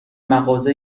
مغازه